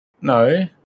No